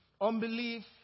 Unbelief